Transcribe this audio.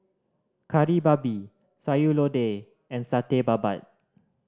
Kari Babi Sayur Lodeh and Satay Babat